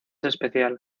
especial